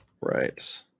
right